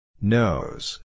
Nose